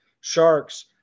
Sharks